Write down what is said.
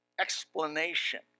explanation